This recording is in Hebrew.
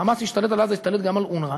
"חמאס" השתלט על עזה, השתלט גם על אונר"א.